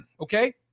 okay